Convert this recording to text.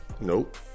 Nope